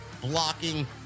blocking